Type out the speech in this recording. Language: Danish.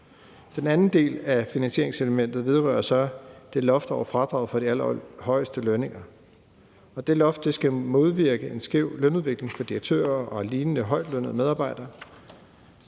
Den anden del af finansieringselementet vedrører loftet over fradraget for de allerhøjeste lønninger. Det loft skal modvirke en skæv lønudvikling for direktører og lignende højtlønnede medarbejdere.